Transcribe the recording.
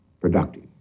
productive